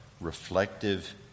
reflective